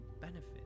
benefit